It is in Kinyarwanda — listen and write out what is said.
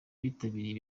bitabiriye